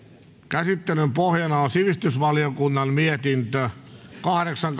käsittelyn pohjana on sivistysvaliokunnan mietintö kahdeksan